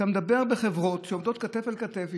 אתה מדבר על חברות שעובדות כתף אל כתף.